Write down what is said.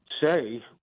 say